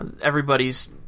everybody's